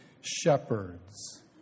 shepherds